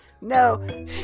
no